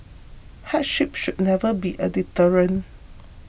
hardship should never be a deterrent